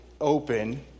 open